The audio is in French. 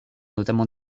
notamment